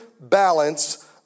balance